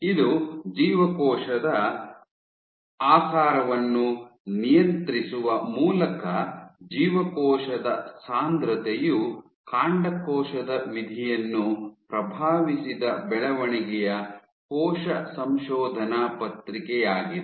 ಇದು ಜೀವಕೋಶದ ಆಕಾರವನ್ನು ನಿಯಂತ್ರಿಸುವ ಮೂಲಕ ಜೀವಕೋಶದ ಸಾಂದ್ರತೆಯು ಕಾಂಡಕೋಶದ ವಿಧಿಯನ್ನು ಪ್ರಭಾವಿಸಿದ ಬೆಳವಣಿಗೆಯ ಕೋಶ ಸಂಶೋಧನಾ ಪತ್ರಿಕೆಯಾಗಿದೆ